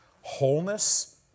wholeness